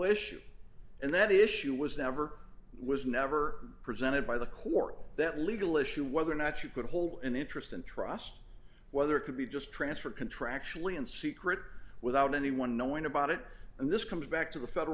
issue and that is issue was never was never presented by the court that legal issue whether or not you could hold an interest in trust whether it could be just transferred contractually in secret without anyone knowing about it and this comes back to the federal